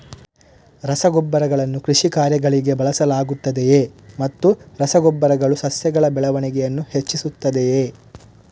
ರಸಗೊಬ್ಬರಗಳನ್ನು ಕೃಷಿ ಕಾರ್ಯಗಳಿಗೆ ಬಳಸಲಾಗುತ್ತದೆಯೇ ಮತ್ತು ರಸ ಗೊಬ್ಬರಗಳು ಸಸ್ಯಗಳ ಬೆಳವಣಿಗೆಯನ್ನು ಹೆಚ್ಚಿಸುತ್ತದೆಯೇ?